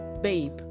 babe